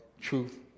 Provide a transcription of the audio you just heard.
truth